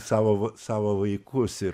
savo savo vaikus ir